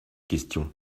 question